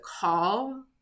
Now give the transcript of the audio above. call